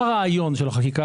כל הרעיון של החקיקה